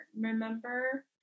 remember